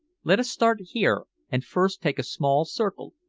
let us start here, and first take a small circle,